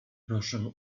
proszę